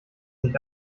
nicht